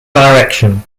direction